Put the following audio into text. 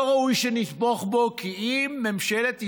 לא ראוי שנתמוך בו, כי אם ממשלת ישראל,